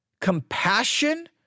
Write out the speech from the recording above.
compassion